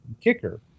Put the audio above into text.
kicker